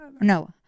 No